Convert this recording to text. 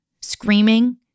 screaming